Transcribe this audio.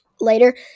later